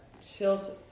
tilt